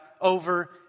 over